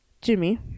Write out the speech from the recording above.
Jimmy